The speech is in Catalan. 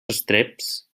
estreps